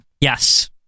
yes